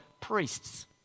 Priests